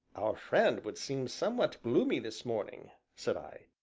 our friend would seem somewhat gloomy this morning, said i.